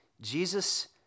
Jesus